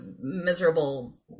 miserable